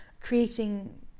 creating